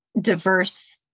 diverse